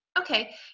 Okay